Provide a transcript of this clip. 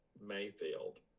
Mayfield